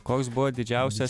koks buvo didžiausias